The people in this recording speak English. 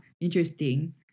interesting